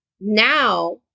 now